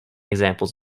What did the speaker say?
examples